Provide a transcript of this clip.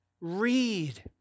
Read